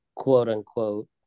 quote-unquote